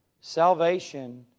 Salvation